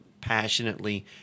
passionately